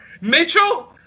Mitchell